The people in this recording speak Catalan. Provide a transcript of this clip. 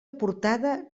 aportada